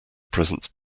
presents